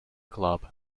club